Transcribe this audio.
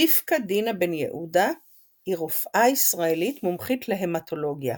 רבקה דינה בן יהודה היא רופאה ישראלית מומחית להמטולוגיה.